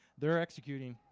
they're executing.